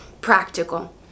practical